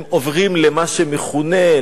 הם עוברים למה שמכונה,